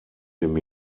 dem